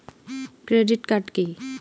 Credit card key?